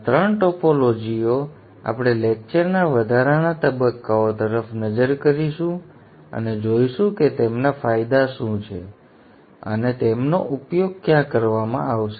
આ ત્રણ ટોપોલોજીઓ આપણે લેક્ચર ના વધારાના તબક્કાઓ તરફ નજર કરીશું અને જોઈશું કે તેમના ફાયદા શું છે અને તેમનો ઉપયોગ ક્યાં કરવામાં આવશે